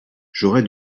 j’aurai